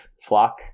Flock